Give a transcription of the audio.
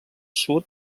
sud